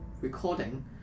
recording